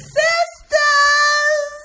sisters